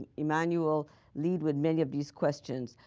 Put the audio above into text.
annie manual lead with many of these questions.